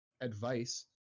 advice